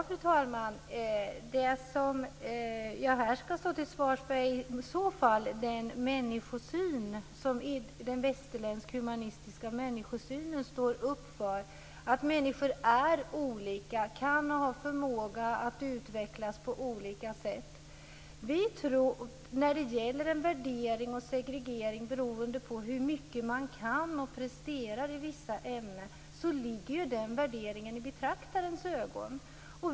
Fru talman! Det jag här skall stå till svars för är i så fall det den västerländska humanistiska människosynen står för, att människor är olika, att de kan och har förmåga att utvecklas på olika sätt. När det gäller värdering och segregering beroende på hur mycket man kan och presterar i vissa ämnen ligger den värderingen i betraktarens ögon.